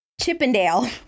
Chippendale